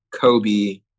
Kobe